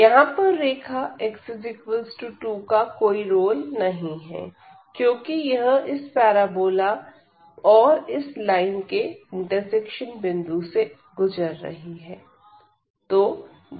यहां पर रेखा x2 का कोई रोल नहीं है क्योंकि यह इस पैराबोला और इस लाइन के इंटरसेक्शन बिंदु से गुजर रही है